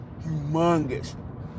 humongous